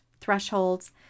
thresholds